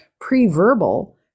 Pre-verbal